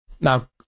Now